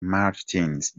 martins